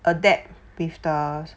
adapt with the